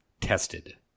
Tested